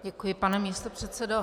Děkuji, pane místopředsedo.